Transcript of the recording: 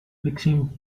fixing